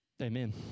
Amen